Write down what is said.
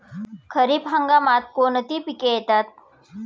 खरीप हंगामात कोणती पिके येतात?